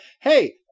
hey